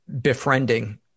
befriending